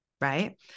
Right